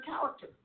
character